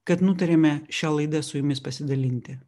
kad nutarėme šia laida su jumis pasidalinti